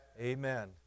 Amen